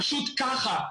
פשוט כך.